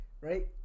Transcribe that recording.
Right